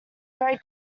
very